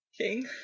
King